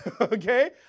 Okay